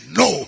no